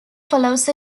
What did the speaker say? follows